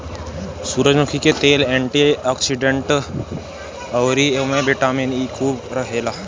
सूरजमुखी के तेल एंटी ओक्सिडेंट होला अउरी एमे बिटामिन इ खूब रहेला